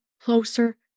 closer